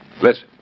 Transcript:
Listen